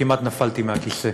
וכמעט נפלתי מהכיסא,